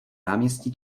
náměstí